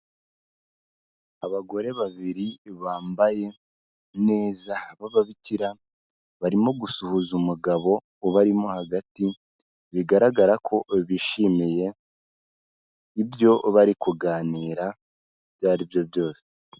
Abagore babiri bambaye neza b'ababikira barimo gusuhuza umugabo ubarimo hagati bigaragara ko bishimiye, ibyo bari kuganira ibyo aribyo byose.